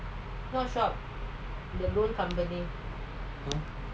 !huh!